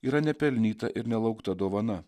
yra nepelnyta ir nelaukta dovana